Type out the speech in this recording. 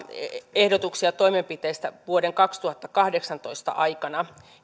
ehdotuksia toimenpiteistä vuoden kaksituhattakahdeksantoista aikana